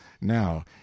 now